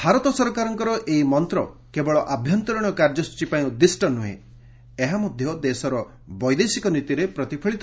ଭାରତ ସରକାରଙ୍କ ଏଇ ମନ୍ତ୍ର କେବଳ ଆଭ୍ୟନ୍ତରୀଣ କାର୍ଯ୍ୟସୂଚୀ ପାଇଁ ଉଦ୍ଦିଷ୍ଟ ନୁହେଁ ଏହା ମଧ୍ୟ ଦେଶର ବୈଦେଶିକ ନୀତିରେ ପ୍ରତିଫଳିତ